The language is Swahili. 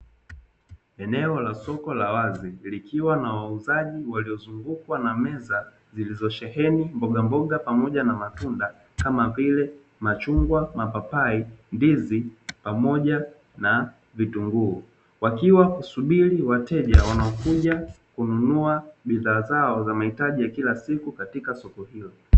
Eneo la soko la wazi likiwa na wauzaji waliozungukwa na meza zilizosheheni mbogamboga pamoja na matunda kama vile: machungwa, mapapai, ndizi pamoja na vitunguu wakiwasubiri wateja, wanaokuja kununua bidhaa zao za mahitaji ya kila siku katika soko hilo.